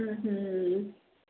ਹਮ ਹਮ